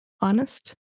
honest